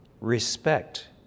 respect